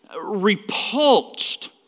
repulsed